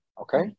Okay